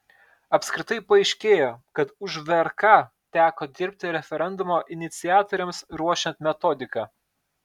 apskritai paaiškėjo kad už vrk teko dirbti referendumo iniciatoriams ruošiant metodiką